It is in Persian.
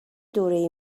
دوره